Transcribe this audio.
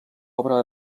obra